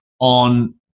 on